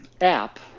app